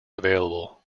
available